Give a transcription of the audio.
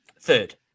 Third